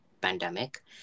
pandemic